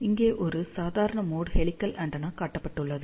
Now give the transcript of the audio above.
இங்கே ஒரு சாதாரண மோட் ஹெலிகல் ஆண்டெனா காட்டப்பட்டுள்ளது